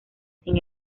sin